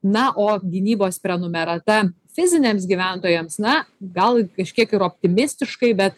na o gynybos prenumerata fiziniams gyventojams na gal ir kažkiek ir optimistiškai bet